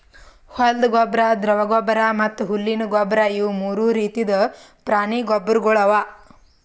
ಹೊಲ್ದ ಗೊಬ್ಬರ್, ದ್ರವ ಗೊಬ್ಬರ್ ಮತ್ತ್ ಹುಲ್ಲಿನ ಗೊಬ್ಬರ್ ಇವು ಮೂರು ರೀತಿದ್ ಪ್ರಾಣಿ ಗೊಬ್ಬರ್ಗೊಳ್ ಅವಾ